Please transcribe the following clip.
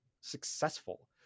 successful